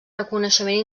reconeixement